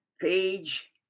page